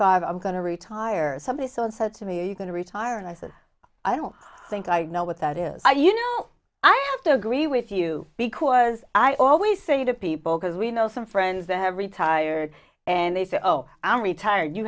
five i'm going to retire somebody saw and said to me are you going to retire and i said i don't think i know what that is you know i have to agree with you because i always say to people because we know some friends that have retired and they say oh i'm retired